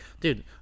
dude –